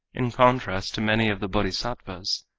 in contrast to many of the bodhisattvas,